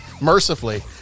Mercifully